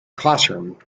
classroom